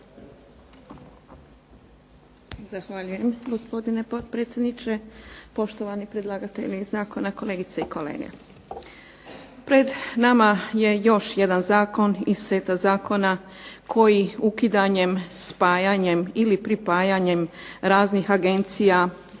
Zahvaljujem gospodine potpredsjedniče, poštovani predlagatelji zakona, kolegice i kolege. Pred nama je još jedan zakon iz seta zakona koji ukidanjem, spajanjem ili pripajanjem raznih agencija,